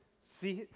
see,